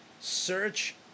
search